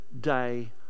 day